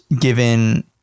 given